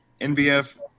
NBF